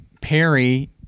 Perry